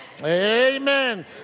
Amen